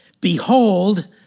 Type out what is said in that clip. Behold